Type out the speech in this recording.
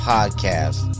Podcast